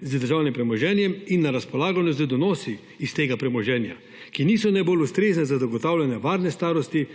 z državnim premoženjem in na razpolago z donosi iz tega premoženja, ki niso najbolj ustrezne za zagotavljanje varne starosti